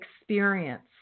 experience